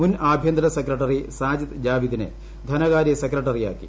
മുൻ ആഭ്യന്തര സെക്രട്ടറി സാജിദ് ജാവിദിനെ ധനകാര്യ സെക്രട്ടറിയാക്കി